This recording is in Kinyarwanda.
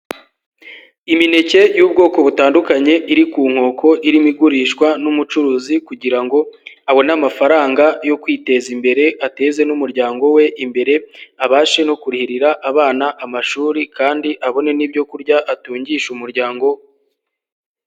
Imineke y'ubwoko butandukanye iri ku nkoko irimo igurishwa n'umucuruzi, kugira ngo abone amafaranga yo kwiteza imbere ateze n'umuryango we imbere, abashe no kurihirira abana amashuri, kandi abone n'ibyokurya atungisha umuryango.